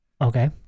Okay